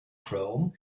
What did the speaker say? chrome